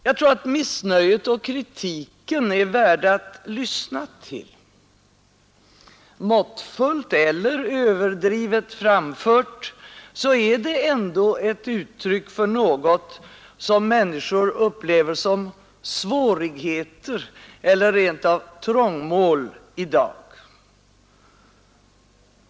Jag tror att missnöjet är värt att lyssna till. Måttfullt eller överdrivet framförd är kritiken ändå ett uttryck för vad människor i dag upplever som svårigheter eller rent av trångmål.